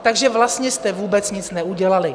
Takže vlastně jste vůbec nic neudělali.